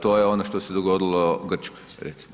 To je ono što se dogodilo Grčkoj recimo.